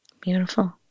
Beautiful